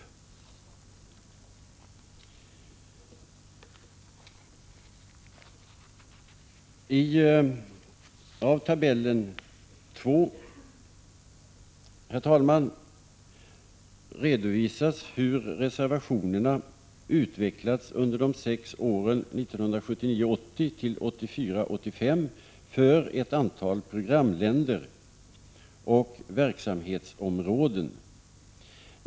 Herr talman! I den tabell 2 som nu visas på kammarens bildskärm redovisas hur reservationerna utvecklats under de sex åren 1979 85 för ett antal programländer och verksamhetsområden.